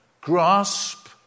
grasp